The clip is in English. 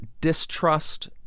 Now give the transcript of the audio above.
distrust